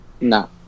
No